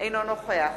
אינו נוכח